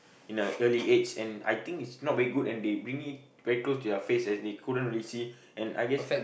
in the early age and I think is not very good and they bring it very close to their face as they couldn't really see and I guess